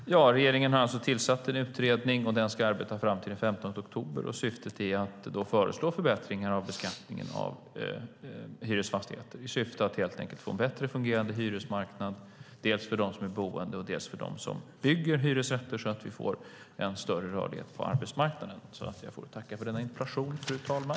Fru talman! Regeringen har alltså tillsatt en utredning. Den ska arbeta fram till den 15 oktober. Man ska föreslå förbättringar när det gäller beskattningen av hyresfastigheter i syfte att helt enkelt få en bättre fungerande hyresmarknad dels för dem som är boende, dels för dem som bygger hyresrätter, så att vi får en större rörlighet på arbetsmarknaden. Jag får tacka för denna interpellation, fru talman.